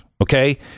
okay